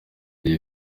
iki